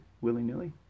willy-nilly